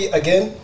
again